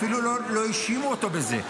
אפילו לא האשימו אותו בזה,